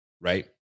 Right